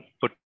put